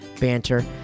banter